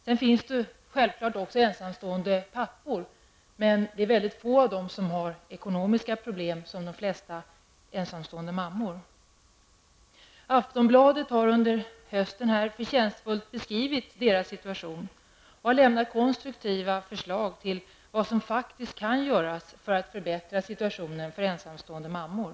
Sedan finns det självklart också ensamstående pappor, men det är väldigt få av dem som har ekonomiska problem, vilket de flesta ensamstående mammor har. Aftonbladet har under hösten förtjänstfullt beskrivit deras situation och lämnat konstruktiva förslag till vad som faktiskt kan göras för att förbättra situationen för ensamstående mammor.